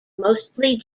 mostly